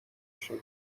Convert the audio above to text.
شدم